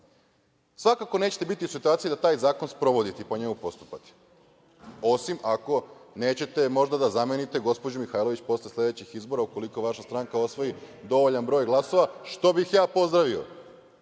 važno. Svakako, nećete biti u situaciji da taj zakon sprovodite i po njemu postupate, osim ako nećete, možda, da zamenite gospođu Mihajlović posle sledećih izbora, ukoliko vaša stranka osvoji dovoljan broj glasova, što bih ja pozdravio